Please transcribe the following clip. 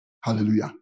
Hallelujah